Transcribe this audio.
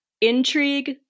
Intrigue